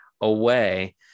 away